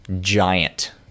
giant